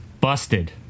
Busted